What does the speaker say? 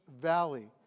valley